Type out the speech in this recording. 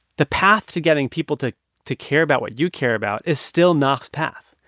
the path to getting people to to care about what you care about is still naakh's path.